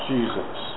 Jesus